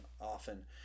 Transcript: often